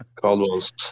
Caldwell's